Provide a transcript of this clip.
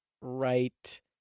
right